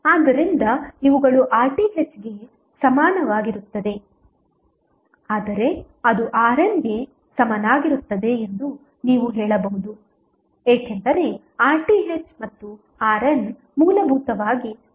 ಆದ್ದರಿಂದ ಇವುಗಳು RThಗೆ ಸಮನಾಗಿರುತ್ತದೆ ಆದರೆ ಅದು RNಗೆ ಸಮನಾಗಿರುತ್ತದೆ ಎಂದು ನೀವು ಹೇಳಬಹುದು ಏಕೆಂದರೆ RTh ಮತ್ತು RN ಮೂಲಭೂತವಾಗಿ ಒಂದೇ ಆಗಿರುತ್ತದೆ